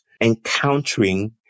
encountering